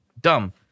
Dumb